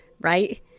Right